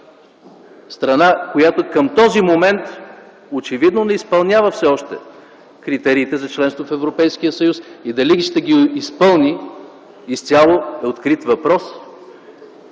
страна, която към този момент очевидно не изпълнява все още критериите за членство в Европейския съюз. А дали ще ги изпълни – изцяло е открит въпрос.